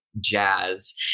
jazz